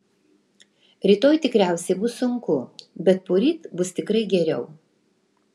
rytoj tikriausiai bus sunku bet poryt bus tikrai geriau